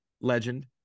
legend